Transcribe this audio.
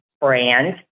brand